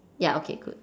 ya okay good